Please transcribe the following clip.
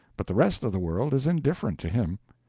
but the rest of the world is indifferent to him.